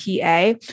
PA